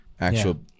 actual